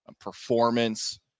performance